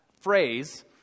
phrase